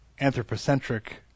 anthropocentric